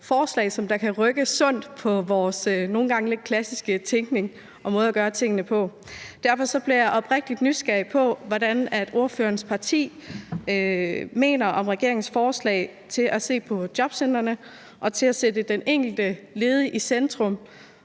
en sund måde kan rykke ved vores nogle gange lidt klassiske tænkning og måde at gøre tingene på. Derfor er jeg oprigtig nysgerrig på, hvad ordførerens parti mener om regeringens forslag om at se på jobcentrene og om at sætte den enkelte ledige i centrum